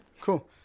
cool